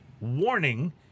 Warning